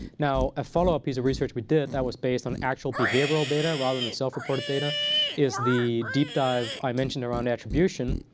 now, a follow-up piece of research we did that was based on actual behavioral data rather than self-reported data is the deep dive i mentioned around attribution.